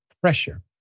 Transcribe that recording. pressure